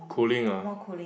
cooling uh